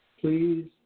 Please